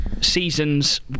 seasons